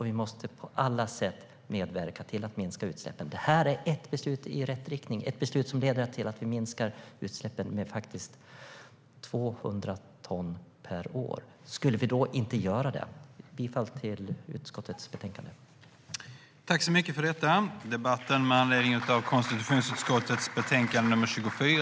Vi måste på alla sätt medverka till att minska utsläppen. Det här är ett beslut i rätt riktning - ett beslut som leder till att vi minskar utsläppen med 200 ton per år. Skulle vi då inte göra det? Jag yrkar bifall till utskottets förslag i betänkandet. Vissa begravnings-frågor